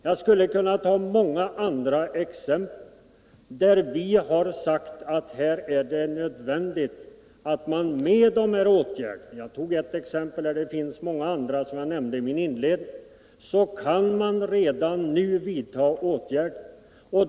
Jag skulle kunna ta många andra exempel, där vi har framhållit nödvändigheten av olika åtgärder. Jag anförde ett exempel, och det finns — som jag nämnde i mitt huvudanförande — många andra fall där man redan nu kan vidta åtgärder.